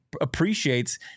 appreciates